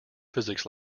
physics